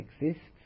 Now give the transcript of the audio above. exists